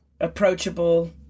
approachable